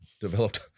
developed